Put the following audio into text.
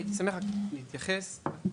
הייתי שמח להתייחס, ברשותך,